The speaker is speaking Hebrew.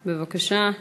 בבקשה.